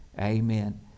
Amen